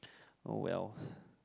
oh wells